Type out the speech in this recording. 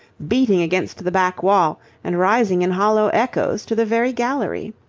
beating against the back wall and rising in hollow echoes to the very gallery.